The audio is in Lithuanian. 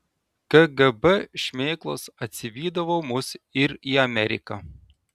kgb šmėklos atsivydavo mus ir į ameriką